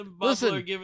listen